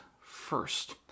first